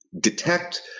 detect